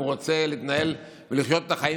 אם הוא רוצה להתנהל ולחיות את החיים